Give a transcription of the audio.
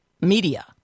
media